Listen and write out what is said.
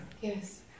yes